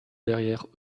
derrière